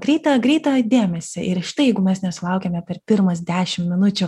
greitą greitą dėmesį ir štai jeigu mes nesulaukiame per pirmas dešim minučių